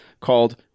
called